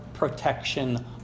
Protection